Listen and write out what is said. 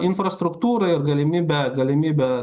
infrastruktūra ir galimybe galimybe